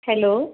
hello